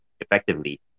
effectively